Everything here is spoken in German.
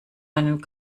einen